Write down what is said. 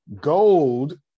Gold